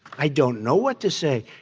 i don't know what to say.